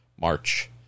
March